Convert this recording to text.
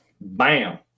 Bam